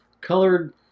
colored